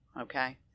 Okay